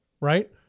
right